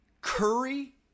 Curry